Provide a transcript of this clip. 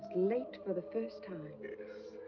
late for the first time. yes.